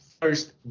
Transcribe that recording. First